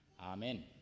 Amen